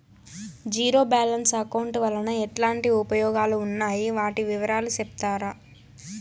Zero balance account వలన ఎట్లాంటి ఉపయోగాలు ఉన్నాయి? వాటి వివరాలు సెప్తారా?